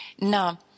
Now